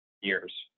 years